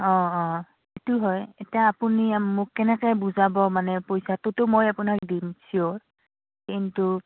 অঁ অঁ সেইটো হয় এতিয়া আপুনি মোক কেনেকৈ বুজাব মানে পইচাটোতো মই আপোনাক দিম চিয়'ৰ কিন্তু